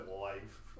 life